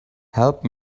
help